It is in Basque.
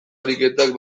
ariketak